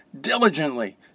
diligently